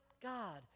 God